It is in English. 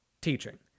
teaching